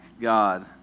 God